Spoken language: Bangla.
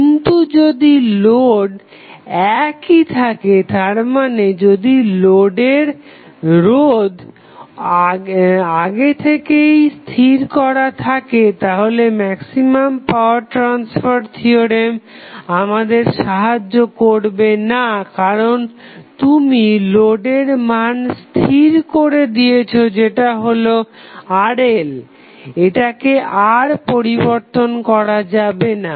কিন্তু যদি লোড একই থাকে তারমানে যদি লোডের রোধ আগে থেকেই স্থির করা থাকে তাহলে ম্যাক্সিমাম পাওয়ার ট্রাসফার থিওরেম আমাদের সাহায্য করবে না কারণ তুমি লোডের মান স্থির করে দিয়েছো যেটা হলো RL এটাকে আর পরিবর্তন করা যাবে না